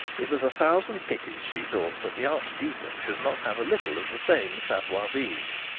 it was a thousand pities, she thought, that the archdeacon should not have a little of the same savoir vivre.